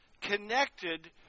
connected